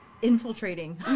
infiltrating